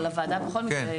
לוועדה היא תדווח בכל מקרה.